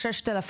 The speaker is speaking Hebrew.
למשל,